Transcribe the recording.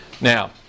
Now